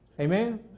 Amen